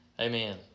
Amen